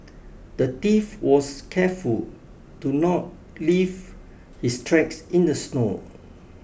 the thief was careful to not leave his tracks in the snow